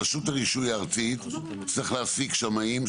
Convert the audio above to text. רשות הרישוי הארצית תצטרך להעסיק שמאים,